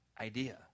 idea